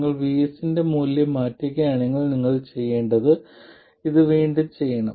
നിങ്ങൾ VS ന്റെ മൂല്യം മാറ്റുകയാണെങ്കിൽ നിങ്ങൾ ചെയ്യേണ്ടത് നിങ്ങൾ ഇത് വീണ്ടും ചെയ്യണം